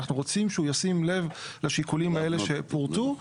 אנחנו רוצים שהוא ישים לב לשיקולים האלה שפורטו,